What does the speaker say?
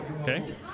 Okay